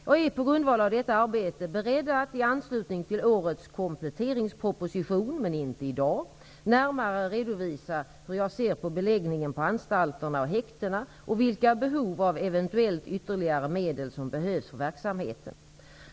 Jag är på grundval av detta arbete beredd att i anslutning till årets kompletteringsproposition -- men inte i dag -- närmare redovisa hur jag nu ser på beläggningen på anstalterna och häktena och vilka behov av eventuellt ytterligare medel som behövs för verksamheten.